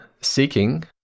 seeking